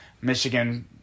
Michigan